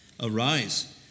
Arise